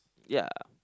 ya